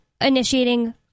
initiating